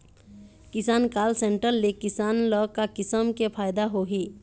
किसान call centre ले किसान ल का किसम के फायदा होही?